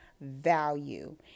value